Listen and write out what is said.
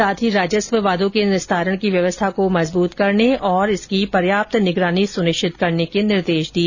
साथ ही राजस्व वादों के निस्तारण की व्यवस्था को मजबूत करने और इसकी पर्याप्त मॉनिटरिंग सुनिश्चित करने के निर्देश दिए